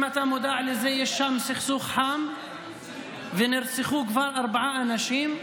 אם אתה מודע לזה יש שם סכסוך חם ונרצחו כבר ארבעה אנשים,